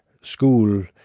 school